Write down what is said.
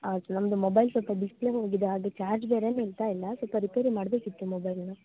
ಹೌದು ನಮ್ಮದು ಮೊಬೈಲ್ ಸ್ವಲ್ಪ ಡಿಸ್ಪ್ಲೇ ಹೋಗಿದೆ ಅದು ಚಾರ್ಜ್ ಬೇರೆ ನಿಲ್ತಾಯಿಲ್ಲ ಸ್ವಲ್ಪ ರಿಪೇರಿ ಮಾಡಬೇಕಿತ್ತು ಮೊಬೈಲ್ನ